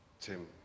Tim